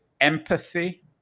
empathy